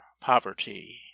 poverty